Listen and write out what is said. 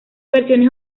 versiones